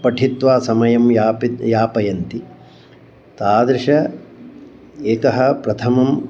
पठित्वा समयं यापित्वा यापयन्ति तादृशः एकः प्रथमम्